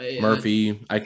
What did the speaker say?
Murphy